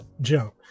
jump